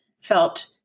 felt